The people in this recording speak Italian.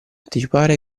anticipare